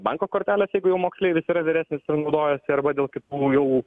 banko kortelės jeigu jau moksleivis yra vyresnis ir naudojasi arba dėl kitų jau